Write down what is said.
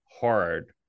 hard